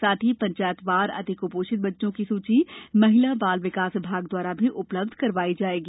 साथ ही पंचायतवार अति क्पोषित बच्चों की सूची महिला बाल विकास विभाग दवारा भी उपलब्ध करवाई जाएगी